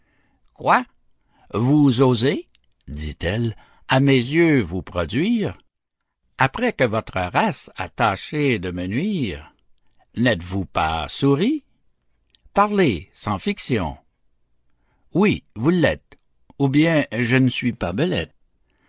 quoi vous osez dit-elle à mes yeux vous produire après que votre race a tâché de me nuire n'êtes-vous pas souris parlez sans fiction oui vous l'êtes ou bien je ne suis pas belette